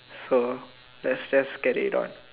so let's just carry on